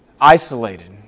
isolated